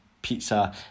pizza